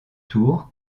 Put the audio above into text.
tour